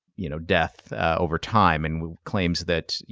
you know, death over time, and claims that, you